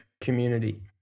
community